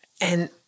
And-